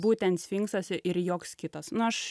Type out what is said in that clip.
būtent sfinksas ir joks kitas nu aš